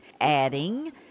adding